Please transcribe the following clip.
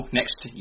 next